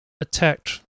attacked